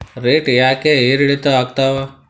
Rate ಯಾಕೆ ಏರಿಳಿತ ಆಗ್ತಾವ?